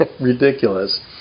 Ridiculous